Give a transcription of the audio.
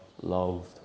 loved